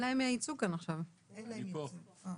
2. מטרת חוק זה להגן על ההורים העצמאיים שנפגעים קשות מגזירות שר